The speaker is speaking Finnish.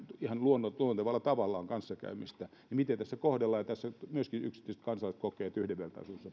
ihan luontevalla tavalla on kanssakäymistä niin miten tässä kohdellaan niitä tässä myöskin yksityiset kansalaiset kokevat että yhdenvertaisuudesta